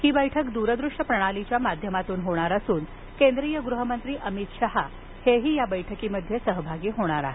ही बैठक द्रदृश्य प्रणालीच्या माध्यमातून होणार असून केंद्रीय गृहमंत्री अमित शहा हेही या बैठकीमध्ये सहभागी होणार आहेत